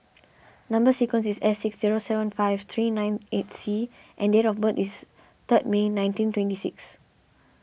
Number Sequence is S six zero seven five three nine eight C and date of birth is third May nineteen twenty six